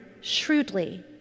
shrewdly